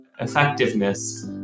effectiveness